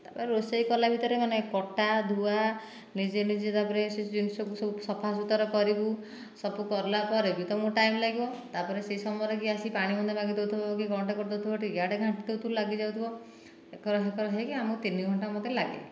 ତାପରେ ରୋଷେଇ କଲା ଭିତରେ ମାନେ କଟା ଧୁଆ ନିଜେ ନିଜେ ତାପରେ ସେ ଜିନିଷକୁ ସବୁ ସଫା ସୁତର କରିବୁ ସବୁ କଲା ପରେ ବି ତୁମକୁ ଟାଇମ୍ ଲାଗିବ ତାପରେ ସେ ସମୟରେ କିଏ ଆସିକି ପାଣି ମୁନ୍ଦାଏ ମାଗିଦେଉଥିବ କିଏ କଣଟିଏ କରିଦେଉଥିବ ଟିକିଏ ଇଆଡ଼େ ଘାଣ୍ଟି ଦେଉଥିବ ଲାଗିଯାଉଥିବ ଏକର ସେକର ହୋଇକି ଆମକୁ ତିନି ଘଣ୍ଟା ମୋତେ ଲାଗେ